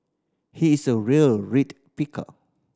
he is a real read picker